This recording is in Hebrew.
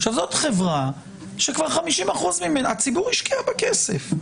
עכשיו, זאת חברה ש-50% ממנה הציבור השקיע בה כסף.